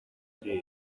ibi